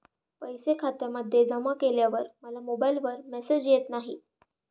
पैसे खात्यामध्ये जमा केल्यावर मला मोबाइलवर मेसेज येत नाही?